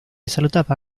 salutava